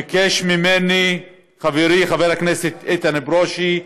ביקש ממני חברי חבר הכנסת איתן ברושי,